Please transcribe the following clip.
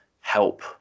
help